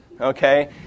Okay